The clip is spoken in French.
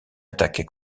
attaque